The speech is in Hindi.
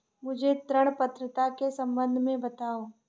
मुझे ऋण पात्रता के सम्बन्ध में बताओ?